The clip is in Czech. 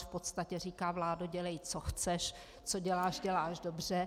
V podstatě říká: Vládo, dělej, co chceš, co děláš, děláš dobře.